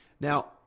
Now